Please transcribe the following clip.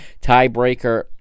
tiebreaker